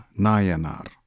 Nayanar